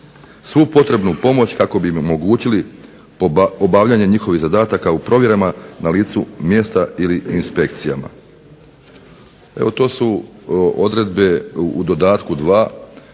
svu potrebnu pomoć kako bi im omogućili obavljanje njihovih zadataka u provjerama na licu mjesta ili inspekcijama.